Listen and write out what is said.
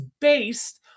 based